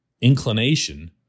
inclination